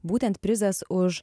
būtent prizas už